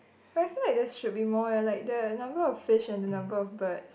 but I feel like there should be more eh like the number of fish and the number of birds